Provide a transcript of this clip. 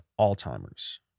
Alzheimer's